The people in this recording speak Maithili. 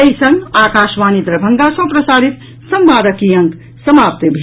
एहि संग आकाशवाणी दरभंगा सँ प्रसारित संवादक ई अंक समाप्त भेल